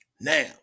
Now